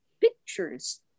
pictures